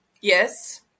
Yes